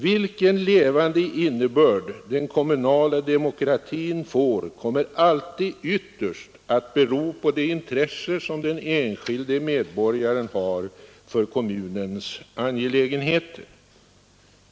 Vilken levande innebörd den kommunala demokratin får kommer alltid ytterst att bero på det intresse som den enskilde medborgaren har för kommunens angelägenheter.